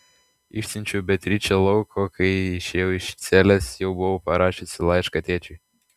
išsiunčiau beatričę lauk o kai išėjau iš celės jau buvau parašiusi laišką tėčiui